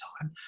time